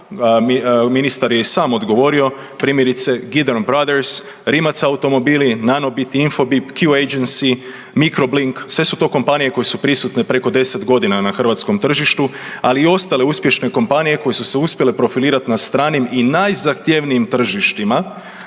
ministar je i sam odgovorio primjerice Gideon Brothers, Rimac automobili, NANOBIT, Infobip, Q agency, Microblink sve su to kompanije koje su prisutne preko 10 godina na hrvatskom tržištu, ali i ostale uspješne kompanije koje su se uspjele profilirati na stranim i najzahtjevnijim tržištima